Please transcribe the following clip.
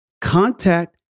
contact